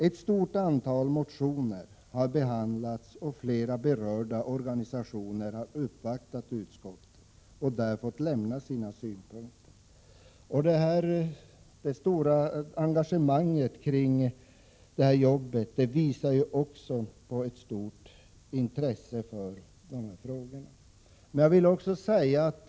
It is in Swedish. Ett stort antal motioner har behandlats, och flera berörda organisationer har uppvaktat utskottet och lämnat sina synpunkter. Det stora engagemanget tyder på ett stort intresse för dessa frågor.